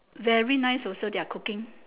very nice also their cooking